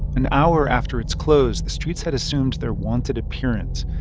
an hour after it's closed, the streets had assumed their wonted appearance.